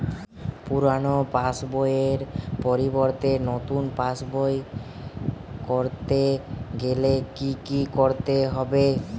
পুরানো পাশবইয়ের পরিবর্তে নতুন পাশবই ক রতে গেলে কি কি করতে হবে?